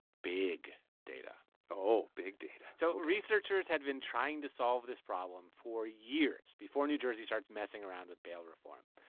big data oh, big data so researchers had been trying to solve this problem for years before new jersey starts messing around with bail reform.